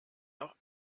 noch